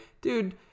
Dude